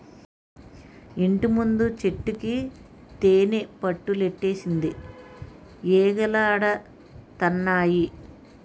ఇంటిముందు చెట్టుకి తేనిపట్టులెట్టేసింది ఈగలాడతన్నాయి